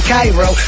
Cairo